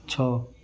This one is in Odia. ଛଅ